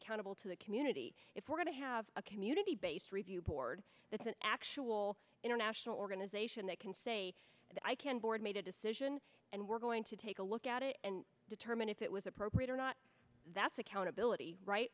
accountable to the community if we're going to have a community based review board that's an actual international organization that can say i can board made a decision and we're going to take a look at it and determine if it was appropriate or not that's accountability right